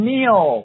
Neil